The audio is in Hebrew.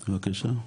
בבקשה.